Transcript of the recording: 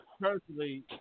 personally